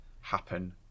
happen